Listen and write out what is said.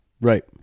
Right